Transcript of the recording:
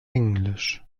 englisch